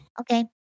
Okay